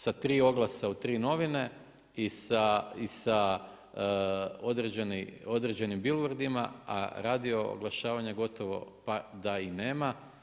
Sa tri oglasa u tri novine i sa određenim bilbordima, a radi oglašavanja gotovo pa da i nema.